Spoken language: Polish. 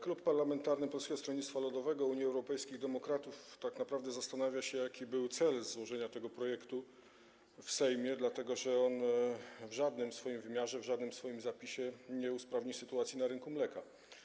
Klub Parlamentarny Polskiego Stronnictwa Ludowego - Unii Europejskich Demokratów tak naprawdę zastanawia się, jaki był cel złożenia tego projektu w Sejmie, dlatego że on w żaden sposób w swoim wymiarze, w żadnym swoim zapisie nie usprawni sytuacji na rynku mleka.